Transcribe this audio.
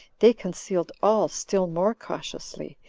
they concealed all still more cautiously,